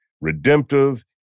redemptive